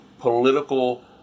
political